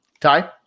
Ty